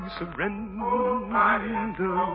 surrender